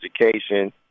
education